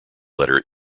letter